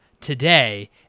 today